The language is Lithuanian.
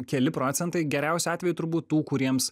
keli procentai geriausiu atveju turbūt tų kuriems